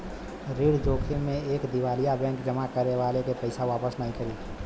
ऋण जोखिम में एक दिवालिया बैंक जमा करे वाले के पइसा वापस नाहीं करी